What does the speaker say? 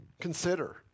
consider